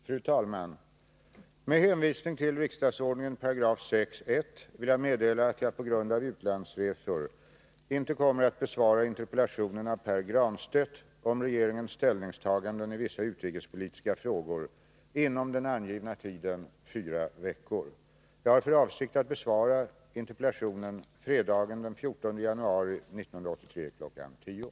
Fru talman! Med hänvisning till riksdagsordningen 6 kap. 1§ vill jag meddela att jag på grund av utlandsresor inte kommer att besvara interpellationen av Pär Granstedt om regeringens ställningstaganden i vissa utrikespolitiska frågor inom den angivna tiden fyra veckor. Jag har för avsikt att besvara interpellationen fredagen den 14 januari 1983 kl. 10.00.